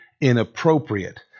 inappropriate